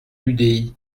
l’udi